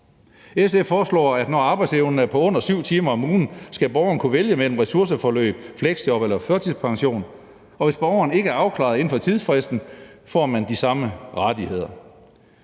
SF foreslår, at når arbejdsevnen er på under 7 timer om ugen, skal borgeren kunne vælge mellem ressourceforløb, fleksjob og førtidspension, og hvis borgeren ikke er afklaret inden for tidsfristen, får man de samme rettigheder.